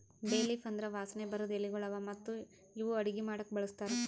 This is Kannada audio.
ಬೇ ಲೀಫ್ ಅಂದುರ್ ವಾಸನೆ ಬರದ್ ಎಲಿಗೊಳ್ ಅವಾ ಮತ್ತ ಇವು ಅಡುಗಿ ಮಾಡಾಕು ಬಳಸ್ತಾರ್